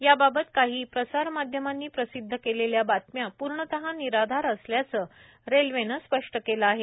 याबाबत काही प्रसार माध्यमांनी प्रसिद्ध केलेल्या बातम्या पूर्णतः निराधार असल्याच रेल्वेनं स्पष्ट केलं आहे